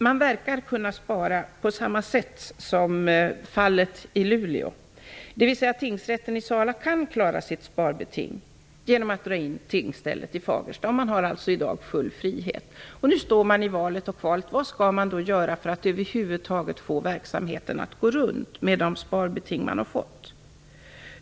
Man verkar kunna spara på samma sätt som varit fallet i Luleå, dvs. tingsrätten i Sala kan klara sitt sparbeting genom att dra in tingsstället i Fagersta - man har alltså i dag full frihet. Nu är man i valet och kvalet. Vad skall man göra för att över huvud taget få verksamheten att gå runt med de sparbeting som man har fått?